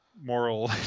moral